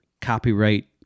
copyright